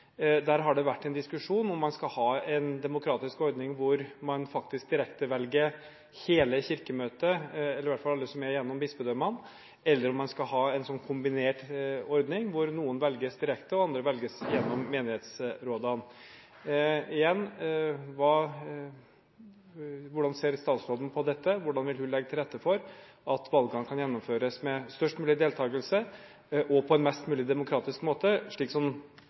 Der har det vært en diskusjon om man skal ha en demokratisk ordning hvor man faktisk direktevelger hele Kirkemøtet, eller i hvert fall alle som er gjennom bispedømmene, eller om man skal ha en kombinert ordning hvor noen velges direkte og andre velges av meningshetsrådene. Igjen: Hvordan ser statsråden på dette? Hvordan vil hun legge til rette for at valgene kan gjennomføres med størst mulig deltakelse og på en mest mulig demokratisk måte, slik som